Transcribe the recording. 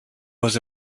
was